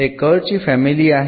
ते कर्व ची फॅमिली आहे